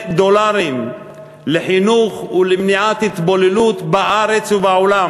דולרים לחינוך ולמניעת התבוללות בארץ ובעולם.